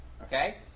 Okay